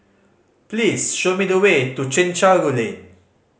please show me the way to Chencharu Lane